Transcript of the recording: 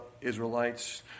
Israelites